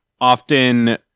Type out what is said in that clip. often